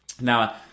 Now